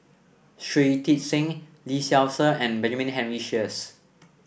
Shui Tit Sing Lee Seow Ser and Benjamin Henry Sheares